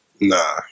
Nah